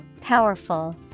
Powerful